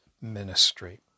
ministry